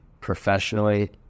professionally